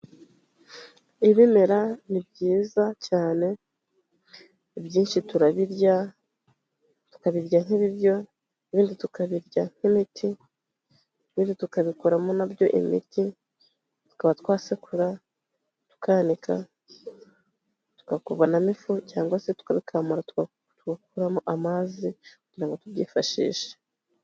Ibimera ni byiza cyane, ibyinshi turabirya, tukabirya nk'ibiryo, ibindi tukabirya nk'imiti, ibindi tukabikoramo nabyo imiti, tukaba twasekura tukanika, tukakuvanamo ifu cyangwa se tukabikamura tugakuramo amazi kugira ngo tubyifashishe.